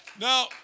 Now